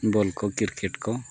ᱵᱚᱞ ᱠᱚ ᱠᱨᱤᱠᱮᱴ ᱠᱚ